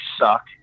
suck